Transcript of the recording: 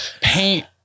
paint